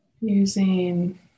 Using